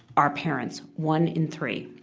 are parents. one in three.